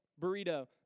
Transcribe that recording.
burrito